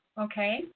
Okay